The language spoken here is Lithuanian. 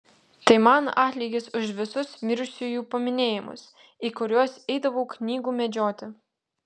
tai man atlygis už visus mirusiųjų paminėjimus į kuriuos eidavau knygų medžioti